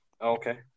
Okay